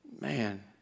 Man